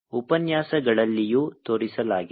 ಉಪನ್ಯಾಸಗಳಲ್ಲಿಯೂ ತೋರಿಸಲಾಗಿದೆ